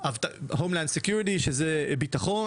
ביטחון